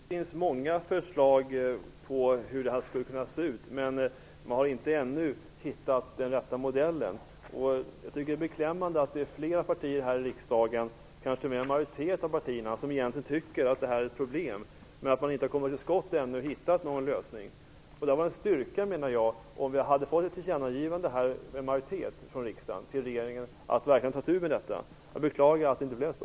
Fru talman! Det finns många förslag på hur det här skulle kunna se ut. Men man har ännu inte hittat den rätta modellen. Jag tycker att det är beklämmande att det är flera partier här i riksdagen - kanske t.o.m. en majoritet av partierna - som egentligen tycker att detta är ett problem, men man har ännu inte kommit till skott och hittat en lösning. Det hade varit en styrka om vi hade fått en majoritet för ett tillkännagivande från riksdagen till regeringen att verkligen ta itu med detta. Jag beklagar att det inte blev så.